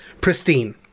pristine